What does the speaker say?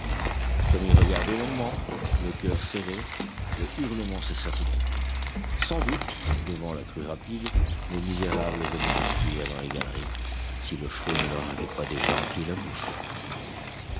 comme il regardait longuement le coeur serré le hurlement cessa tout d'un coup sans doute devant la crue rapide les misérables venaient de fuir dans les galeries si le flot ne leur avait pas déjà empli la bouche